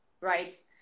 right